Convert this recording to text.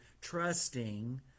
trusting